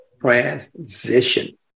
transition